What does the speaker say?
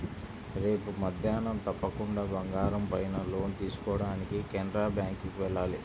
రేపు మద్దేన్నం తప్పకుండా బంగారం పైన లోన్ తీసుకోడానికి కెనరా బ్యేంకుకి వెళ్ళాలి